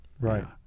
Right